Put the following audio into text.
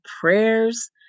prayers